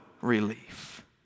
relief